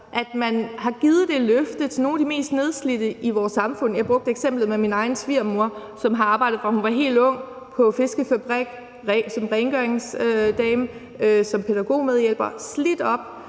når man har givet det løfte til nogle af de mest nedslidte i vores samfund. Jeg brugte eksemplet med min egen svigermor, som har arbejdet, fra hun var helt ung, på fiskefabrik, som rengøringsdame, som pædagogmedhjælper. Hun er